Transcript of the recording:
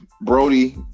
Brody